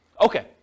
Okay